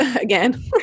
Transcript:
again